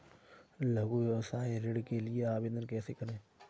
लघु व्यवसाय ऋण के लिए आवेदन कैसे करें?